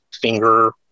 finger